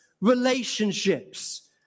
relationships